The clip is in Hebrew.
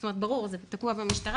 זאת אומרת ברור שזה תקוע במשטרה,